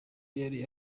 yari